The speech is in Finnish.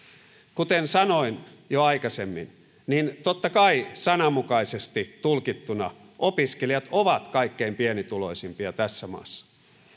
kuten sanoin jo aikaisemmin totta kai sananmukaisesti tulkittuna opiskelijat ovat kaikkein pienituloisimpia tässä maassa